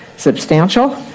Substantial